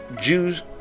Jews